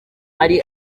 hari